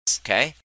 Okay